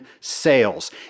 sales